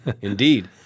Indeed